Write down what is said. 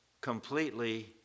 completely